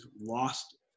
lost